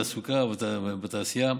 תעסוקה ותעשייה,